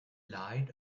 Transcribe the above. lie